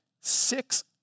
six